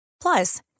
Plus